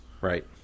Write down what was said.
Right